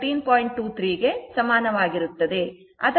23 ಗೆ ಸಮಾನವಾಗಿರುತ್ತದೆ